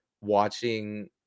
watching